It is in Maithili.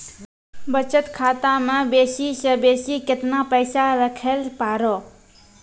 बचत खाता म बेसी से बेसी केतना पैसा रखैल पारों?